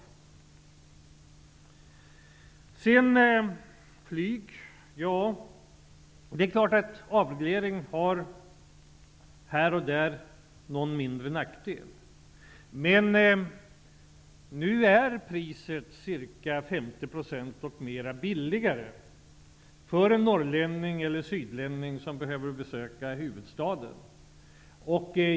När det gäller flyget är det klart att avregleringen har någon mindre nackdel här och där. Men nu är priset minst 50 % billigare för en norrlänning eller sydlänning som behöver besöka huvudstaden.